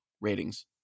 ratings